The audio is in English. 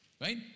Right